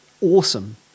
awesome